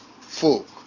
folk